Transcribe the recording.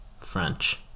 French